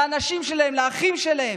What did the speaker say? לנשים שלהם, לאחים שלהם.